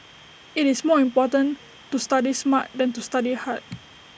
IT is more important to study smart than to study hard